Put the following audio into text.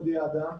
אודי אדם,